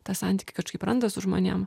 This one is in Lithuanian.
tą santykį kažkaip randa su žmonėm